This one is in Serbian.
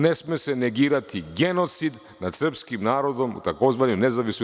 Ne sme se negirati genocid nad srpskim narodom u tzv. NDH.